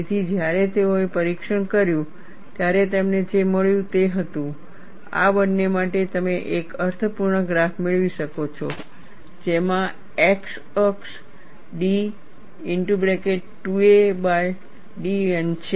તેથી જ્યારે તેઓએ પરીક્ષણ કર્યું ત્યારે તેમને જે મળ્યું તે હતું આ બંને માટે તમે એક અર્થપૂર્ણ ગ્રાફ મેળવી શકો છો જેમાં x અક્ષ d બાય dN છે